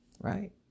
right